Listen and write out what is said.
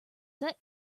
set